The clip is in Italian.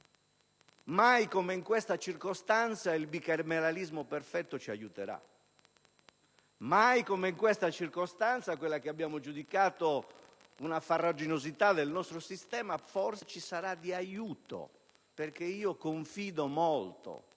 mai come in questa circostanza il bicameralismo perfetto ci aiuterà. Mai come in questa circostanza, quella che abbiamo giudicato una farraginosità del nostro sistema ci sarà forse di aiuto, perché confido molto